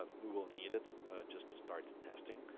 ah we will need it just to start testing.